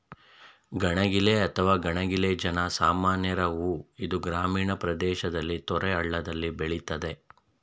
ಗಣಗಿಲೆ ಅಥವಾ ಕಣಗಿಲೆ ಜನ ಸಾಮಾನ್ಯರ ಹೂ ಇದು ಗ್ರಾಮೀಣ ಪ್ರದೇಶದಲ್ಲಿ ತೊರೆ ಹಳ್ಳದಲ್ಲಿ ಬೆಳಿತದೆ